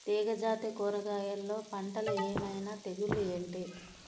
తీగ జాతి కూరగయల్లో పంటలు ఏమైన తెగులు ఏంటి?